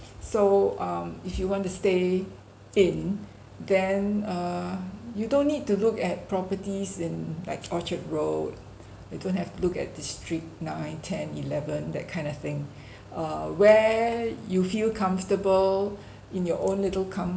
so um if you want to stay in then err you don't need to look at properties in like orchard road you don't have to look at district nine ten eleven that kind of thing uh where you feel comfortable in your own little comfort